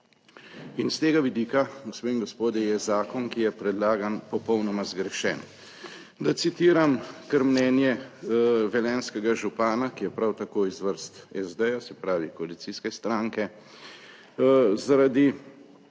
In s tega vidika, gospe in gospodje, je zakon, ki je predlagan, popolnoma zgrešen. Da citiram kar mnenje velenjskega župana, ki je prav tako iz vrst SD, se pravi koalicijske stranke, »zaradi